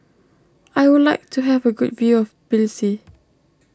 I would like to have a good view of Tbilisi